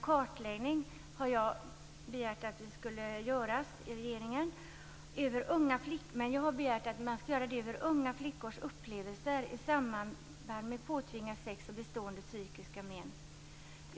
Jag har begärt att regeringen skall göra en utredning och kartläggning av unga flickors upplevelser i samband med påtvingat sex och bestående psykiska men av det.